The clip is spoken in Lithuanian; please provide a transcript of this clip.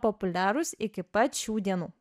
populiarūs iki pat šių dienų